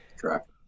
Correct